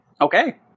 Okay